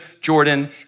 Jordan